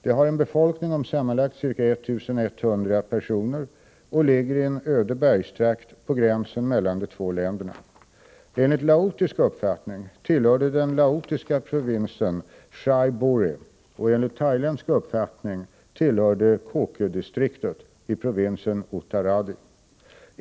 De har en befolkning om sammanlagt ca 1 100 människor och ligger i en öde bergstrakt på gränsen mellan de två länderna. Enligt laotisk uppfattning tillhör de den laotiska provinsen Chaiaboury, och enligt thailändsk uppfattning tillhör de Khoke-distriktet i provinsen Uttaradi.